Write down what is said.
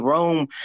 Rome